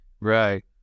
Right